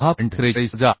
43 वजा 2